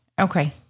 Okay